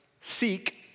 seek